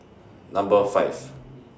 Number five